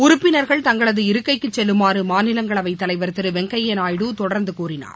உறுப்பினர்கள் தங்களது இருக்கைசெல்லுமாறுமாநிலங்களவைத் தலைவர் திருவெங்கய்யாநாயுடு தொடர்ந்துகூறினார்